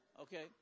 okay